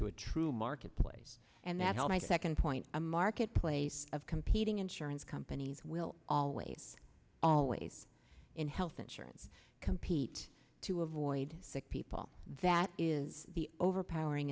a true marketplace and that's how my second point a marketplace of competing insurance companies will always always in health insurance compete to avoid sick people that is the overpowering